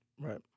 Right